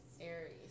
Aries